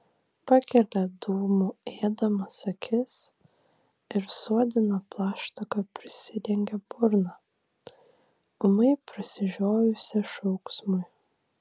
pakelia dūmų ėdamas akis ir suodina plaštaka prisidengia burną ūmai prasižiojusią šauksmui